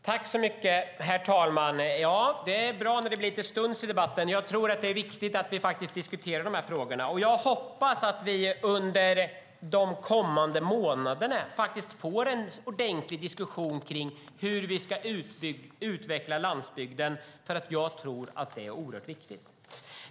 Herr talman! Det är bra när det blir lite stuns i debatten. Det är viktigt att vi diskuterar de här frågorna. Jag hoppas att vi under de kommande månaderna får en ordentlig diskussion om hur vi ska utveckla landsbygden, för jag tycker att det är oerhört viktigt.